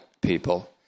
people